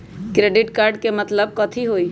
Credit card के मतलब कथी होई?